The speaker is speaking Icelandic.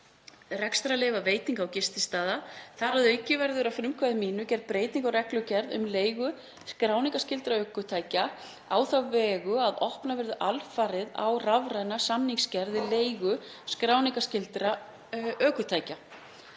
rekstrarleyfa veitinga- og gististaða. Þar að auki verður að frumkvæði mínu gerð breyting á reglugerð um leigu skráningarskyldra ökutækja á þá vegu að opnað verður alfarið á rafræna samningsgerð við leigu skráningarskyldra ökutækja.